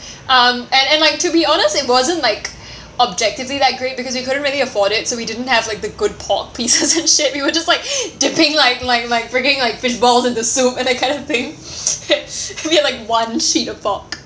um and and like to be honest it wasn't like objectively that great because we couldn't really afford it so we didn't have like the good pork pieces and shit we were just like dipping like like like breaking like fish balls in the soup and that kind of thing we had like one sheet of pork